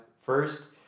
first